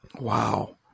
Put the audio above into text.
Wow